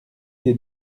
des